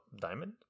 Diamond